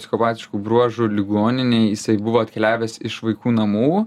psichopatiškų bruožų ligoninėj jisai buvo atkeliavęs iš vaikų namų